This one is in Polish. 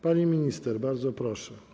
Pani minister, bardzo proszę.